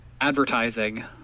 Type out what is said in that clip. advertising